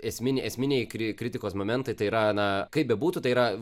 esminiai esminiai kri kritikos momentai tai yra na kaip bebūtų tai yra